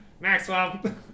Maxwell